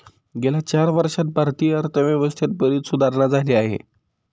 गेल्या चार वर्षांत भारतीय अर्थव्यवस्थेत बरीच सुधारणा झाली आहे